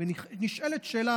ונשאלת שאלה,